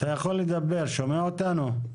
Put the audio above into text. יכול לדבר, שומע אותנו?